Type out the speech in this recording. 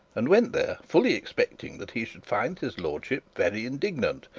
and went there fully expecting that he should find his lordship very indignant,